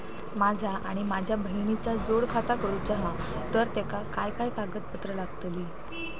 माझा आणि माझ्या बहिणीचा जोड खाता करूचा हा तर तेका काय काय कागदपत्र लागतली?